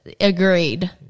agreed